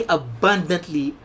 abundantly